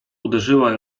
uderzyła